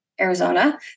Arizona